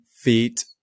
feet